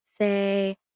say